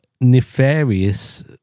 nefarious